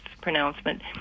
pronouncement